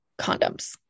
condoms